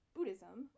Buddhism